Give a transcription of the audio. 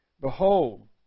Behold